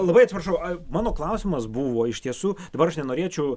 labai atsiprašau mano klausimas buvo iš tiesų dabar aš nenorėčiau